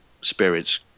spirits